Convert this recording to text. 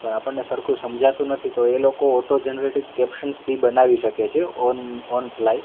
પણ આપણને સરખું સમજાતું નથી તો એ લોકો ઓટોજનરેટેડ કેપ્શન્સ બી બનાવી શકે છે ઓન ઓન ફ્લાય